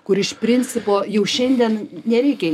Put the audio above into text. kuri iš principo jau šiandien nereikia